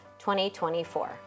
2024